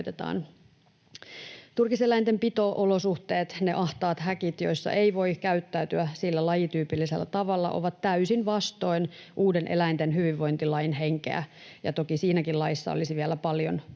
Turkiseläinten pito-olosuhteet, ne ahtaat häkit, joissa ei voi käyttäytyä sillä lajityypillisellä tavalla, ovat täysin vastoin uuden eläinten hyvinvointilain henkeä — toki siinäkin laissa olisi vielä paljon parantamisen